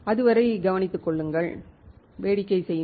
அதுவரை கவனித்துக் கொள்ளுங்கள் வேடிக்கை செய்யுங்கள்